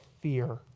fear